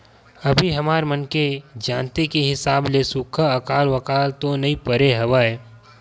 अभी हमर मन के जानती के हिसाब ले सुक्खा अकाल वकाल तो नइ परे हवय